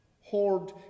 hoard